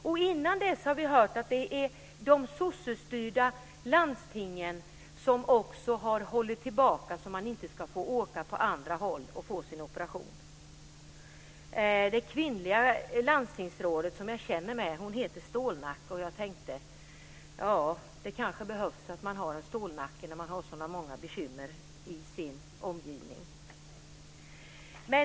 Dessförinnan har vi hört att det är de sossestyrda landstingen som har hållit tillbaka så att man inte ska få sin operation genomförd på annat håll. Det kvinnliga landstingsrådet, som jag känner, heter Stålnacke, och jag tänkte: Ja, det kanske behövs att man har en stålnacke när man har så många bekymmer i sin omgivning.